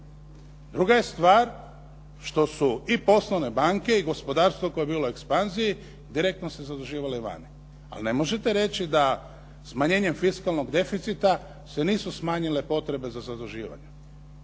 Druga je stvar što su i poslovne banke i gospodarstvo koje je bilo u ekspanziji direktno se zaduživale vani. Ali ne možete reći da smanjenjem fiskalnog deficita se nisu smanjile potrebe za zaduživanjem.